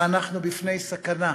ואנחנו בפני סכנה,